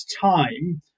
time